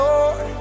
Lord